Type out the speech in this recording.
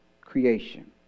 creation